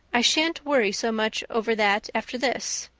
i shan't worry so much over that after this.